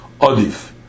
odif